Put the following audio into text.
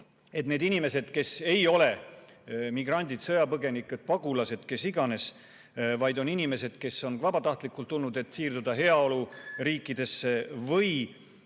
et need inimesed, kes ei ole migrandid, sõjapõgenikud, pagulased, kes iganes, vaid on inimesed, kes on vabatahtlikult tulnud, et siirduda heaoluriikidesse, või